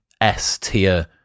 S-tier